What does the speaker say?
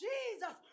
Jesus